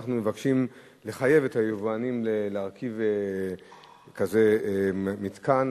אנחנו מבקשים לחייב את היבואנים להרכיב כזה מתקן.